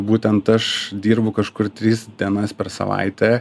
būtent aš dirbu kažkur tris dienas per savaitę